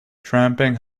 tramping